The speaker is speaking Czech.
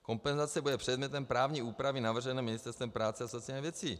Kompenzace bude předmětem právní úpravy navržené Ministerstvem práce a sociálních věcí.